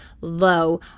low